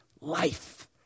Life